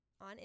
on